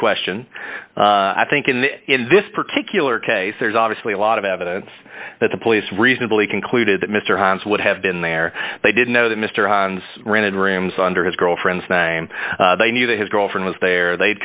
question i think in that in this particular case there's obviously a lot of evidence that the police reasonably concluded that mr hines would have been there they didn't know that mr han's rented rooms under his girlfriend's name they knew that his girlfriend was there they